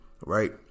right